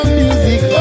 music